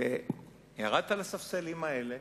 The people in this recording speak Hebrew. ירדת לספסלים האלה